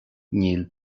níl